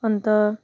अन्त